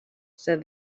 said